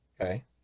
Okay